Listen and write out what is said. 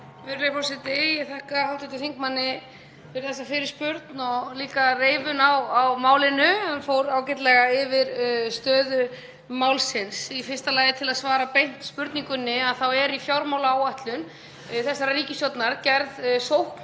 Virðulegi forseti. Ég þakka hv. þingmanni fyrir þessa fyrirspurn og líka reifun á málinu. Hann fór ágætlega yfir stöðu málsins. Í fyrsta lagi til að svara beint spurningunni þá er í fjármálaáætlun þessarar ríkisstjórnar gerð sókn